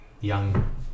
young